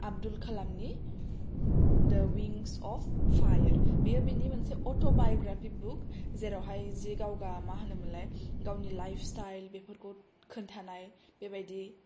आब्दुल खालामनि दा wings of fire बेयो बेनि मोनसे अथ' भाय'ग्राफिख बुख जेरावहाय जि गावगा माहोनोमोनलाय गावनि लाइफ स्थाइल बेफोरखौ खोन्थानाय बेबादि